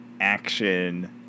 action